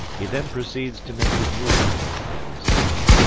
he then proceeds to make his move until time is up.